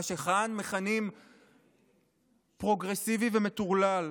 מה שכאן מכנים "פרוגרסיבי ומטורלל".